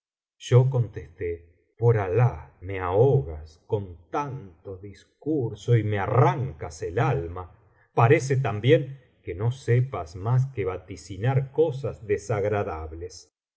yo contesté por alah me ahogas con tanto discurso y me arrancas el alma parece también que no sepas mas que vaticinar cosas desagradables y